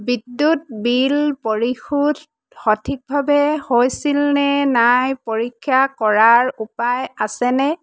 বিদ্যুৎ বিল পৰিশোধ সঠিকভাৱে হৈছিলনে নাই পৰীক্ষা কৰাৰ উপায় আছেনে